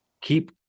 Keep